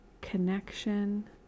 connection